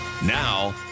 Now